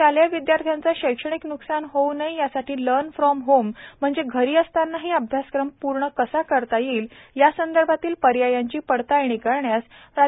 शालेय विद्यार्थ्यांचे शैक्षणिक न्कसान होऊ नये यासाठी लर्न फ्रॉम होम म्हणजेच घरी असतांनाही अभ्यासक्रम पूर्ण कसा करता येईल यासंदर्भातील पर्यायांची पडताळणी करण्यास प्रा